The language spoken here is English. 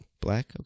Black